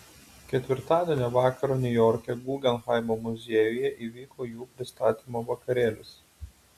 ketvirtadienio vakarą niujorke guggenheimo muziejuje įvyko jų pristatymo vakarėlis